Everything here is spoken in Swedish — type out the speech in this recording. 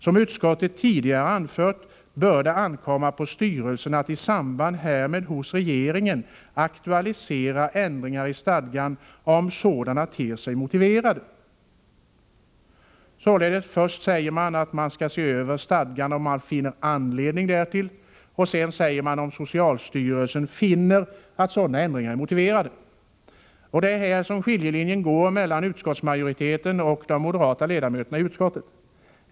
Som utskottet tidigare anfört bör det ankomma på styrelsen att i samband härmed hos regeringen aktualisera ändringar i stadgan om sådana ter sig motiverade.” Således säger man först att man skall se över stadgan, om man finner anledning därtill, och sedan att översyn skall ske om socialstyrelsen finner att ändringar är motiverade. Det är där som skiljelinjen går mellan utskottsmajoriteten och de moderata ledamöterna i utskottet.